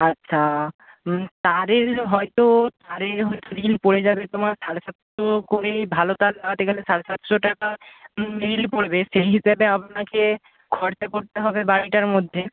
আচ্ছা তারের হয়তো তারের হয়তো রিল পড়ে যাবে তোমার সাড়ে সাতশো করে ভালো তার লাগাতে গেলে সাড়ে সাতশো টাকা রিল পড়বে সেই হিসেবে আপনাকে খরচা করতে হবে বাড়িটার মধ্যে